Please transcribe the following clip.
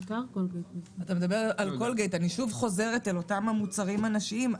אתה מדבר על קולגייט ואני שוב חוזרת על אותם מוצרים נשיים.